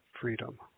freedom